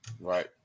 Right